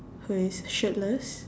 who is shirtless